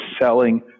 selling